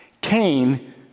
Cain